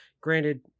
Granted